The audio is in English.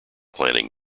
planning